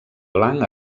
blanc